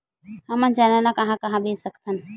हमन चना ल कहां कहा बेच सकथन?